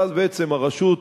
ואז הרשות,